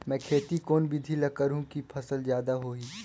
मै खेती कोन बिधी ल करहु कि फसल जादा होही